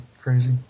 crazy